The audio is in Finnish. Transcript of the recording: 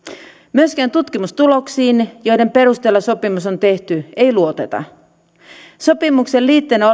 myöskään tutkimustuloksiin joiden perusteella sopimus on tehty ei luoteta sopimuksen liitteenä